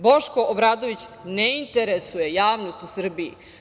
Boško Obradović ne interesuje javnost u Srbiji.